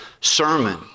sermon